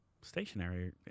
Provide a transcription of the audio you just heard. stationary